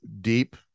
deep